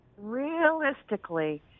Realistically